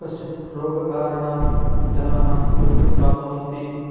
कश्चित् रोगकारणात् जनाः मृत्युं प्राप्नुवन्ति